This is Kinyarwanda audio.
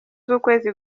z’ukwezi